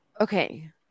Okay